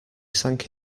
sank